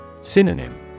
Synonym